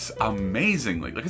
Amazingly